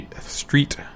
Street